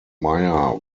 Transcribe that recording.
meyer